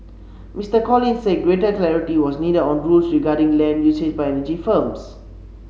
Mister Collins said greater clarity was needed on rules regarding land usage by energy firms